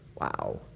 Wow